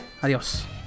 Adiós